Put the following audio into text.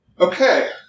Okay